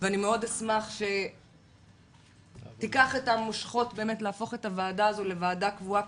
ואני מאוד שמח שתיקח את המושכות באמת להפוך את הוועדה הזו לוועדה קבועה,